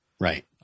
Right